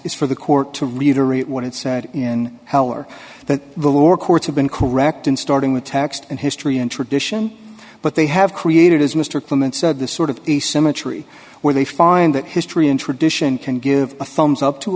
is for the court to reiterate what it said in power that the lower courts have been correct in starting with tax and history and tradition but they have created as mr clement said the sort of the symmetry where they find that history and tradition can give a thumbs up to